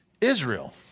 Israel